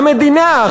המדינה,